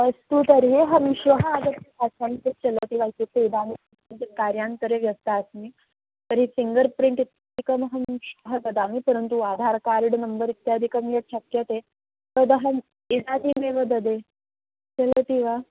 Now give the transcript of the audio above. अस्तु तर्हि अहं श्वः आगच्छ आसं तु चलति वा इत्युक्ते इदानीं किञ्चित् कार्यान्तरे व्यस्ता अस्मि तर्हि फ़िङ्गर् प्रिण्ट् इत्यादिकमहं श्वः ददामि परन्तु आदार् कार्ड् नम्बर् इत्यादिकं यत् शक्यते तदहम् इदानीमेव ददे चलति वा